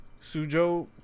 Sujo